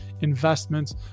investments